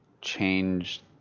change